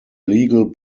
legal